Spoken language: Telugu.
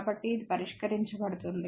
కాబట్టి ఇది పరిష్కరించబడుతుంది